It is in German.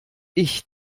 ich